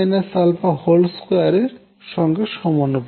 2 এর সঙ্গে সমানুপাতিক